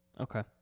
Okay